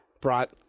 brought